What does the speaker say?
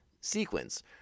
sequence